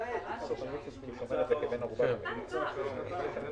נאמר פה משפט שאולי